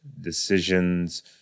decisions